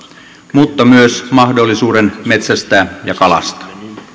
mutta myös mahdollisuuden metsästää ja kalastaa